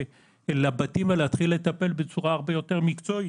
לבתים ולהתחיל לטפל בצורה הרבה יותר מקצועית,